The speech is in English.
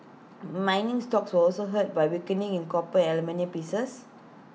mining stocks were also hurt by weakening in copper and aluminium prices